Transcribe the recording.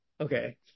Okay